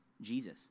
Jesus